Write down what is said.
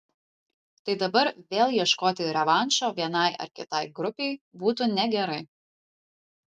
tai dabar vėl ieškoti revanšo vienai ar kitai grupei būtų negerai